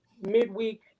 midweek